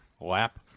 Lap